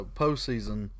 postseason